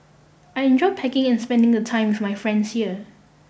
I enjoy packing and spending the time with my friends here